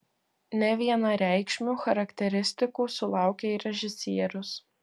nevienareikšmių charakteristikų sulaukė ir režisierius